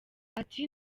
ati